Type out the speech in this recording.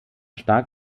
stark